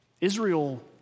Israel